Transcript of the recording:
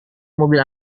mobil